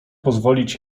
pozwolić